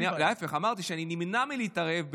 אמרתי שאני נמנע מלהתערב,